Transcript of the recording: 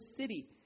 city